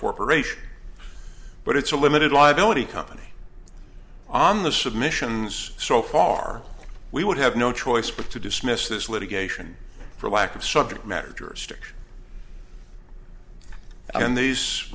corporation but it's a limited liability company on the submissions so far we would have no choice but to dismiss this litigation for lack of subject matter